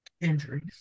injuries